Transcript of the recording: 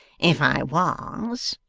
if i was,